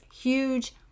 huge